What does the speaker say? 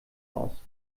aus